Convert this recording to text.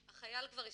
החייל כבר השתחרר,